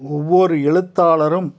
ஒவ்வொரு எழுத்தாளரும்